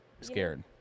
scared